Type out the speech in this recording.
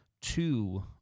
two